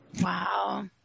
Wow